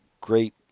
Great